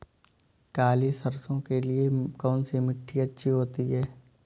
काली सरसो के लिए कौन सी मिट्टी अच्छी होती है?